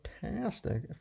fantastic